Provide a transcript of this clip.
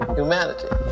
humanity